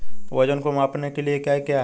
वजन को मापने के लिए इकाई क्या है?